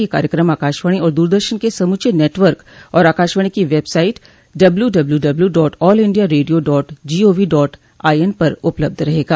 यह कार्यक्रम आकाशवाणी और द्रदर्शन के समूचे नेटवर्क और आकाशवाणी की website W W W dot all India radio dot gov dot I in पर उपलब्ध रहेगा